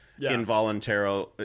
involuntary